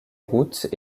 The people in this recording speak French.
routes